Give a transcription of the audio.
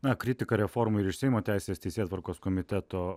na kritika reformai ir iš seimo teisės teisėtvarkos komiteto